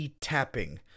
tapping